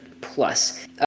plus